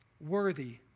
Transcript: worthy